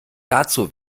dazu